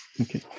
Okay